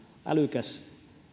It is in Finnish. älykäs